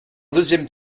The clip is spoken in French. deuxième